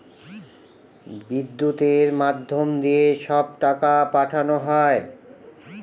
বিদ্যুতের মাধ্যম দিয়ে সব টাকা পাঠানো হয়